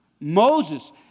Moses